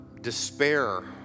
despair